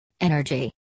energy